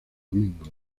domingo